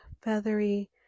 feathery